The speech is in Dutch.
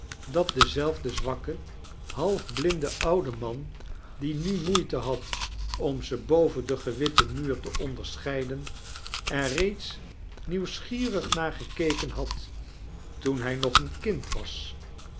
dat dezelfde zwakke half blinde oude man die nu moeite had ran ze bovein den gewitten muur te ondersohaiden er reeds nieuwsgierig naar gekeken had toen hij nog een kind was